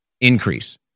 increase